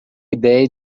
idéia